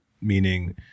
Meaning